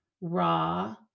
raw